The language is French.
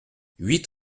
huit